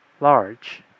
large